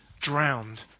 drowned